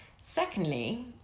Secondly